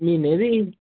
ਮਹੀਨੇ ਦੀ